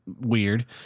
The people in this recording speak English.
weird